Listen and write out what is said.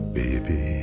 baby